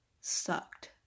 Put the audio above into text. sucked